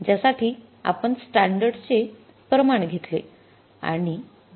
ज्या साठी आपण स्टॅंडर्ड चे प्रमाण घेतले